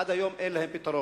עד היום אין להם פתרון.